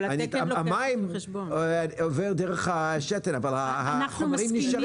המים עוברים דרך השתן אבל החומרים נשארים.